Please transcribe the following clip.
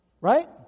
Right